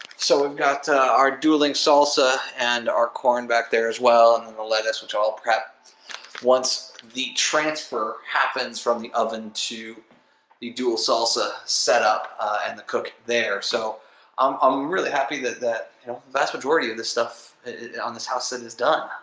so we've got our dueling salsa and our corn back there as well and then the lettuce which i'll prep once the transfer happens from the oven to the dual salsa set up and the cook there. so um i'm really happy that the you know vast majority of the stuff on this housesit is done.